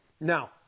Now